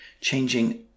changing